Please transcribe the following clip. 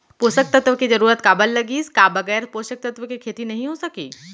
पोसक तत्व के जरूरत काबर लगिस, का बगैर पोसक तत्व के खेती नही हो सके?